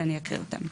ואני אקריא אותם.